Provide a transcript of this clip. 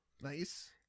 Nice